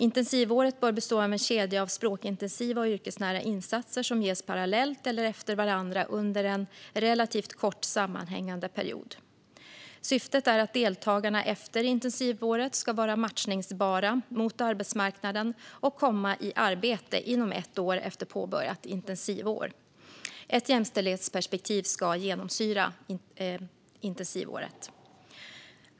Intensivåret bör bestå av en kedja av språkintensiva och yrkesnära insatser som ges parallellt eller efter varandra under en relativt kort sammanhängande period. Syftet är att deltagarna efter intensivåret ska vara matchningsbara mot arbetsmarknaden och komma i arbete inom ett år efter påbörjat intensivår. Ett jämställdhetsperspektiv ska genomsyra intensivåret.